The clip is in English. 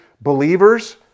believers